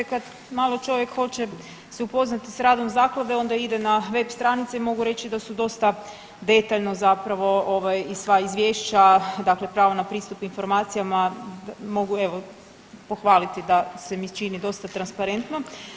Kad malo čovjek se hoće upoznati s radom zaklade onda ide na web stranice i mogu reći da su dosta detaljno i sva izvješća, dakle pravo na pristup informacijama mogu evo pohvaliti da mi se čini dosta transparentnom.